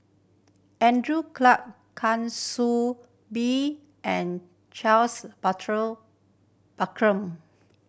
Andrew Clarke Soo Bee and Charles